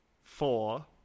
four